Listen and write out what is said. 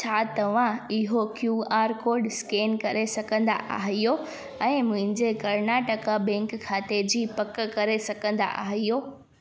छा तव्हां इहो क्यू आर कोड स्केन करे सघंदा आहियो ऐं मुंहिंजे कर्नाटका बैंक खाते जी पक करे सघंदा आहियो